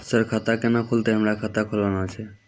Sir खाता केना खुलतै, हमरा खाता खोलवाना छै?